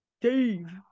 Dave